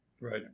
right